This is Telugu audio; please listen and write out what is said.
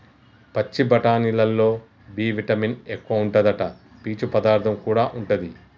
పచ్చి బఠానీలల్లో బి విటమిన్ ఎక్కువుంటాదట, పీచు పదార్థం కూడా ఉంటది